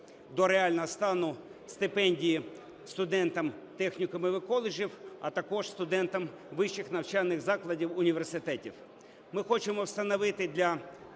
до реального стану стипендії студентам технікумів і коледжів, а також студентам вищих навчальних закладів університетів. Ми хочемо встановити для